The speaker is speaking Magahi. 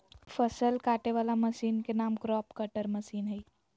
फसल काटे वला मशीन के नाम क्रॉप कटर मशीन हइ